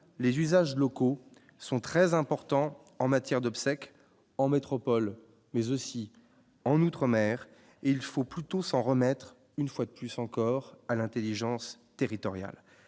les usages locaux sont très importants en matière d'obsèques en métropole, mais aussi en outre-mer et il faut plutôt s'en remettre une fois de plus encore à l'Intelligence territoriale